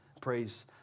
praise